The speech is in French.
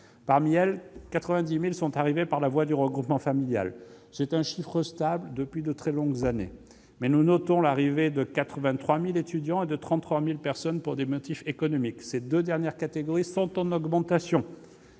Parmi elles, 90 000 sont arrivées par la voie du regroupement familial ; ce chiffre est stable depuis de très longues années. Nous notons l'arrivée de 83 000 étudiants et de 33 000 personnes pour des motifs économiques. Ces deux dernières catégories sont en augmentation.